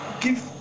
give